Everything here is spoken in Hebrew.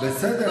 בסדר,